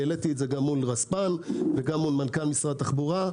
העליתי את זה גם מול רספ"ן וגם מול מנכ"ל משרד התחבורה.